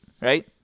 right